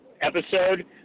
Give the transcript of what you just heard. episode